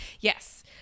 Yes